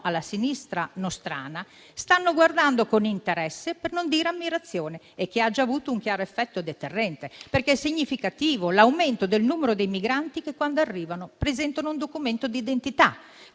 alla sinistra nostrana - stanno guardando con interesse, per non dire ammirazione, e che ha già avuto un chiaro effetto deterrente. È significativo infatti l'aumento del numero dei migranti che, quando arrivano, presentano un documento di identità: